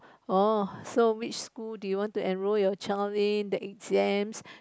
uh so which school do you want to enrol your child in the exams